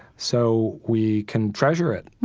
so we can treasure it